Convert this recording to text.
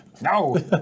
No